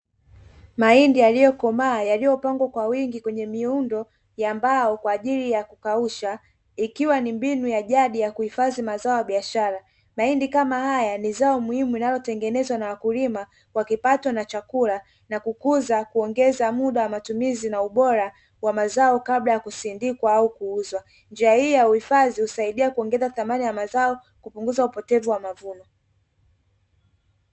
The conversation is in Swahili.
Mahindi yaliyokomaa yaliyopangwa kwa wingi kwenye miundo ya mbao kwa ajili ya kukausha ikiwa ni mbinu ya jadi ya kuhifadhi mazao ya biashara, na hii ni kama haya ni zao muhimu inayotengenezwa na wakulima wakipatwa na chakula na kukuza kuongeza muda wa matumizi na ubora wa mazao kabla ya kusindikwa au kuuzwa, njia ya uhifadhi husaidia kuongeza thamani ya mazao kupunguza upotevu wa mavuno.